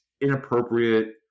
inappropriate